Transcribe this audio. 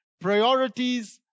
Priorities